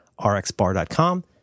rxbar.com